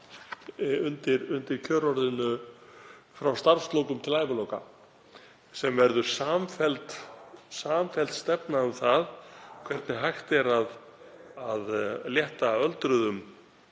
undir kjörorðinu Frá starfslokum til æviloka, sem verður samfelld stefna um það hvernig hægt er að létta öldruðum